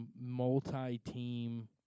multi-team